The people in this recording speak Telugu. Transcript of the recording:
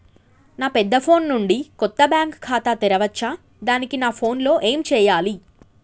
నా పెద్ద ఫోన్ నుండి కొత్త బ్యాంక్ ఖాతా తెరవచ్చా? దానికి నా ఫోన్ లో ఏం చేయాలి?